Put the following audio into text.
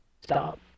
...stop